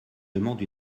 demande